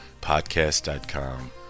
Podcast.com